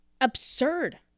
absurd